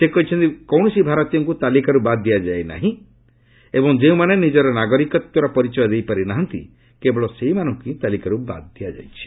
ସେ କହିଛନ୍ତି କୌଣସି ଭାରତୀୟଙ୍କୁ ତାଲିକାରୁ ବାଦ୍ ଦିଆଯାଇ ନାହିଁ ଏବଂ ଯେଉଁମାନେ ନିଜର ନାଗରିକତ୍ୱର ପରିଚୟ ଦେଇପାରି ନାହାନ୍ତି କେବଳ ସେଇମାନଙ୍କୁ ହିଁ ତାଲିକାରୁ ବାଦ୍ ଦିଆଯାଇଛି